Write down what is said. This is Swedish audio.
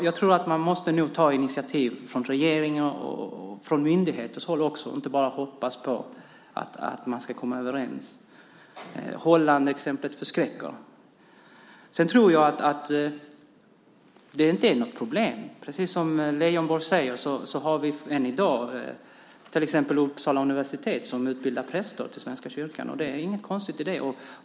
Jag tror att man nog måste ta initiativ från regering och också från myndighetshåll och inte bara hoppas på att komma överens. Hollands exempel förskräcker. Sedan tror jag det inte är något problem. Precis som Leijonborg säger har vi redan i dag universitet, som Uppsala universitet, som utbildar präster till den svenska kyrkan. Det är inget konstigt med det.